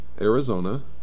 Arizona